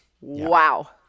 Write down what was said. Wow